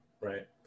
right